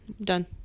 done